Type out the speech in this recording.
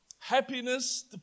Happiness